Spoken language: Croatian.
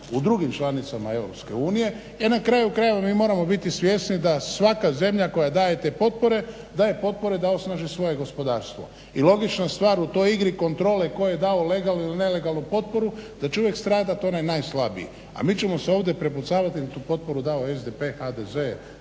u drugim članicama EU, jer na kraju krajeva mi moramo biti svjesni da svaka zemlja koja daje te potpore, daje potpore da osnaži svoje gospodarstvo i logična stvar u toj igri kontrole, ko je dao legalnu ili nelegalnu potporu da će uvijek stradati onaj najslabiji. A ni ćemo se ovdje prepucavati jer je tu potporu dao SDP, HDZ,